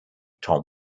tom